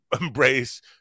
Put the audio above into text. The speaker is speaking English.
embrace